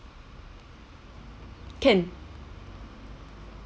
can